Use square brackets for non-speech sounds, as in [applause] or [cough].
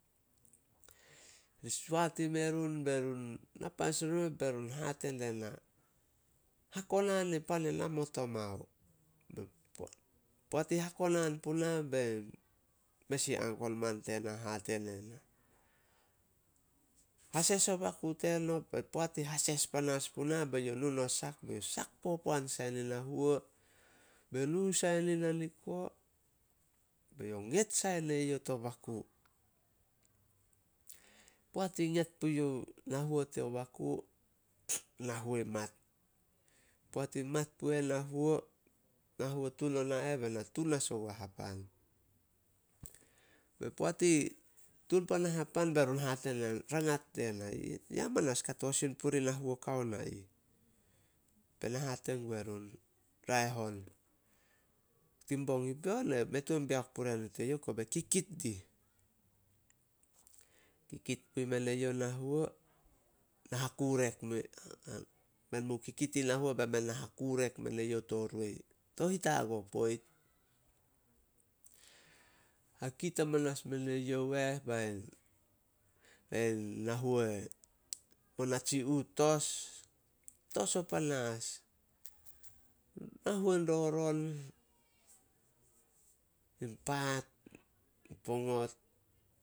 Soat i me run be run na panas ori meh be run hate die na, "Hakonan in pan e nomot omao." [unintelligible] Poat i hakonan puna bein mes in uncle man tena hate nena, "Hases o baku teno." Be poat i hase panas puna, be youh nu no sak be youh sak popoan sai nin na huo, be nu sai nin na niko, be youh nget sai nai youh to baku. Poat i nget puyuh na huo to baku, na huo i mat. Poat i mat pu eh na huo, na huo tun ona eh bai na tun as oguai hapan. Be poat i tun puana hapan, be run [unintelligible] rangat die na, "Ya manas kato sin purih na huo kao na ih. Be na hate gue run, "Raeh on, tin bong i pion, mei tuan beok purea nit e youh. Kobe kikit dih, kikit pumen eyouh na huo, na hakurek me [unintelligible] men mu kikit in na huo be men na hakurek me youh to roi, to hitago poit. Hakit amanas men e youh eh, bain na huo e, mo natsi uh tos. Tos o panas, na huo in roron, in paat, in pongot